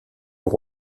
aux